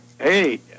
Hey